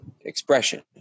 expression